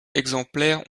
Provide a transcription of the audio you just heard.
exemplaires